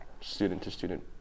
student-to-student